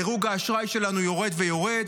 דירוג האשראי שלנו יורד ויורד,